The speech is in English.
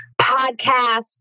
podcasts